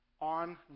on